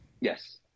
Yes